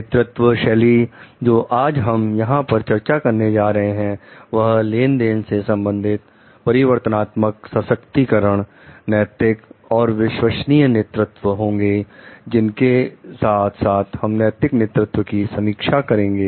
नेतृत्व शैली जो आज हम यहां पर चर्चा करने जा रहे हैं वह लेनदेन से संबंधित परिवर्तनात्मक सशक्तिकरण नैतिक और विश्वसनीय नेतृत्व होंगे जिनके साथ साथ हम नैतिक नेतृत्व की समीक्षा करेंगे